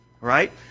right